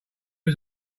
was